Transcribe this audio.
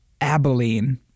Abilene